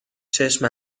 چشم